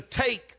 take